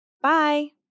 Bye